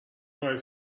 برای